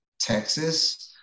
Texas